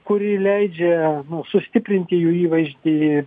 kuri leidžia sustiprinti jų įvaizdį